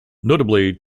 notably